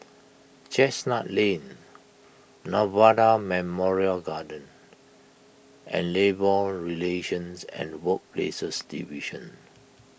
Chestnut Lane Nirvana Memorial Garden and Labour Relations and Workplaces Division